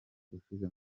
ushize